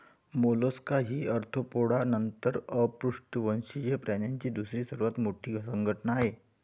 Mollusca ही Arthropoda नंतर अपृष्ठवंशीय प्राण्यांची दुसरी सर्वात मोठी संघटना आहे